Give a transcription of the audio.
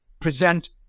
present